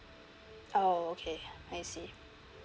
oh okay I see